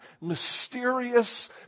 mysterious